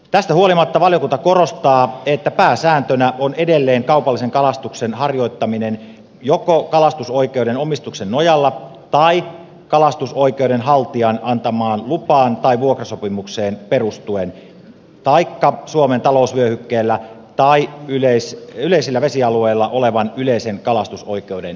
tästä huolimatta valiokunta korostaa että pääsääntönä on edelleen kaupallisen kalastuksen harjoittaminen joko kalastusoikeuden omistuksen nojalla tai kalastusoikeuden haltijan antamaan lupaan tai vuokrasopimukseen perustuen taikka suomen talousvyöhykkeellä tai yleisellä vesialueella olevan yleisen kalastusoikeuden nojalla